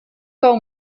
cou